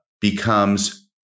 becomes